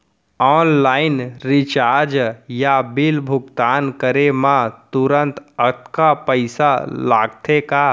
Online recharge या bill भुगतान करे मा तुरंत अक्तहा पइसा लागथे का?